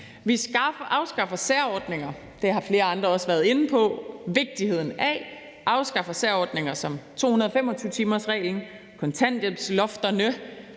Vi afskaffer særordninger – det har flere andre også været inde på vigtigheden af – som 225-timersreglen og kontanthjælpslofterne,